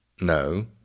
no